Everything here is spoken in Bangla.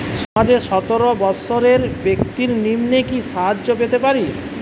সমাজের সতেরো বৎসরের ব্যাক্তির নিম্নে কি সাহায্য পেতে পারে?